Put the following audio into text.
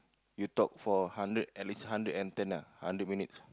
you talk for hundred at least hundred and ten lah hundred minutes